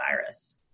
virus